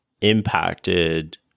impacted